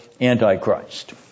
Antichrist